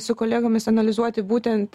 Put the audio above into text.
su kolegomis analizuoti būtent